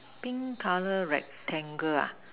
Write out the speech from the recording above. pink color rectangle ah